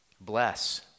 Bless